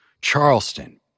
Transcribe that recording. Charleston